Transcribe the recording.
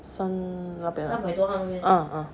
三那边 ah ah